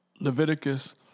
Leviticus